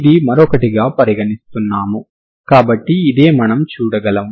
g0అంటే మీరు దానిని మాత్రమే అవకలనం చేయడం కాదు